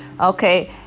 Okay